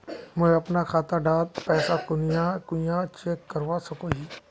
मुई अपना खाता डात पैसा कुनियाँ कुनियाँ चेक करवा सकोहो ही?